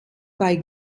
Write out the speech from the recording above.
bei